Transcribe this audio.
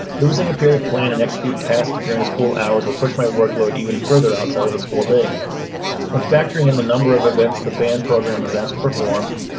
losing a period plan and execute tasks during school hours will push my workload even further outside of the school day when factoring in the number of events the band program is asked to perform,